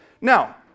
Now